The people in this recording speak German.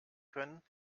können